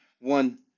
one